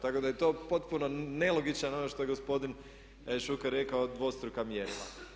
Tako da je to potpuno nelogično ono što je gospodin Šuker rekao dvostruka mjerila.